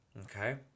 Okay